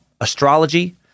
astrology